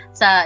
sa